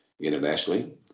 internationally